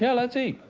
yeah let's eat.